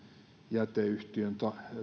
jäteyhtiön